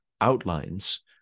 outlines